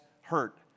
hurt